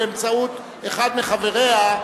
באמצעות אחד מחבריה,